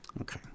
Okay